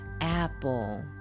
Apple